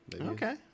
Okay